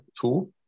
tool